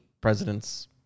presidents